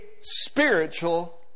spiritual